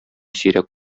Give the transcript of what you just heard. сирәк